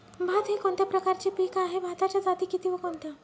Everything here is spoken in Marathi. भात हे कोणत्या प्रकारचे पीक आहे? भाताच्या जाती किती व कोणत्या?